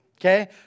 Okay